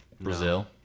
Brazil